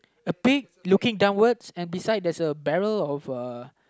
a pig looking downwards and beside there's a barrel of uh